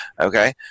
okay